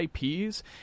IPs